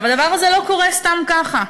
עכשיו, הדבר הזה לא קורה סתם ככה.